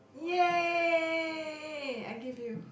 !yay! I give you